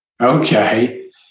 Okay